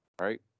right